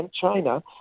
China